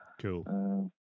Cool